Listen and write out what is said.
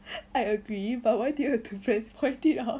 I agree but why do you have to transcribe it out